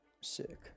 Sick